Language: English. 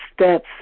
steps